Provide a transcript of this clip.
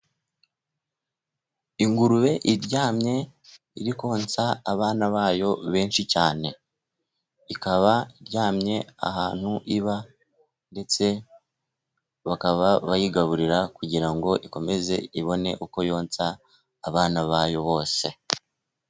Ingurube iryamye, iri konsa abana bayo benshi cyane. Ikaba iryamye ahantu iba, ndetse bakaba bayigaburira kugira ngo ikomeze ibone uko yonsa abana bayo bose.